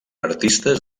artistes